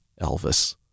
Elvis